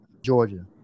Georgia